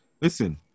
Listen